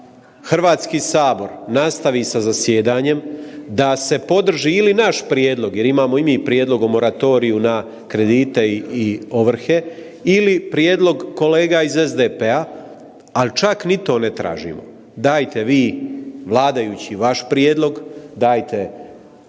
Hrvatski sabor nastavi sa zasjedanjem, da se podrži ili naš prijedlog jer imamo i mi prijedlog o moratoriju na kredite i ovrhe ili prijedlog kolega iz SDP-a, al čak ni to ne tražimo. Dajte vi vladajući vaš prijedlog, dajte